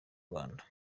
rwanda